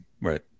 Right